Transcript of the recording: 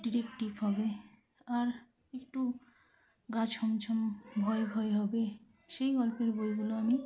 detective হবে আর একটু গা ছমছম ভয় ভয় হবে সেই গল্পের বইগুলো আমি